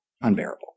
unbearable